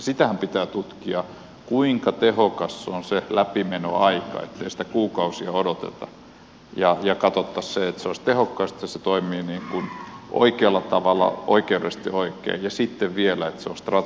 sitähän pitää tutkia kuinka tehokas on se läpimenoaika ettei sitä kuukausia odoteta ja katsottaisiin se että se olisi tehokasta ja että se toimii oikealla tavalla oikeudellisesti oikein ja sitten vielä että se on strategisesti oikein